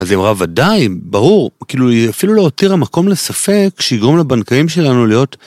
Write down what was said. אז היא אמרה, וודאי, ברור, כאילו היא אפילו לא הותירה מקום לספק, שיגרום לבנקאים שלנו להיות